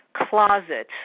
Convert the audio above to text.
closet